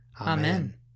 Amen